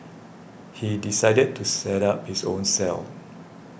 he decided to set up his own cell